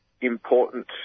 important